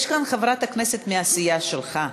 יש כאן חברת כנסת מהסיעה שלך.